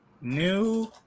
new